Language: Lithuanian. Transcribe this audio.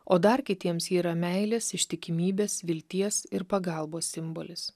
o dar kitiems ji yra meilės ištikimybės vilties ir pagalbos simbolis